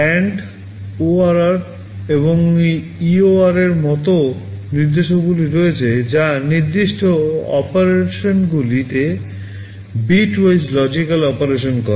AND ORR এবং EOR এর মতো নির্দেশাবলী রয়েছে যা নির্দিষ্ট অপারেশনগুলিতে বিটওয়াইজ লজিকাল অপারেশন করে